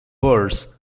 verse